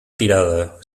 tirada